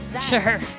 Sure